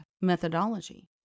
methodology